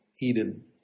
Eden